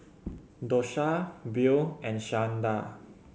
Dosha Beau and Shawnda